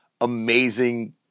amazing